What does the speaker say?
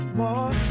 more